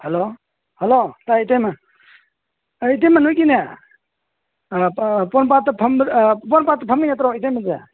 hello hello ꯇꯥꯏ ꯏꯇꯩꯃ ꯑꯥ ꯏꯇꯩꯃ ꯅꯣꯏꯒꯤꯅꯦ ꯄꯣꯔꯣꯝꯄꯥꯠꯇ ꯄꯣꯔꯣꯝꯄꯥꯠꯇ ꯐꯝꯃꯤ ꯅꯠꯇ꯭ꯔꯣ ꯏꯇꯩꯃꯁꯦ